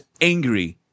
angry